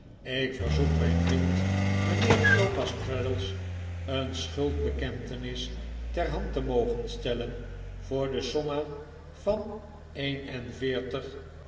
ik verzoek mijn vriend mijnheer thomas traddles een schuldbekentenis ter hand te mogen stellen voor de somma van een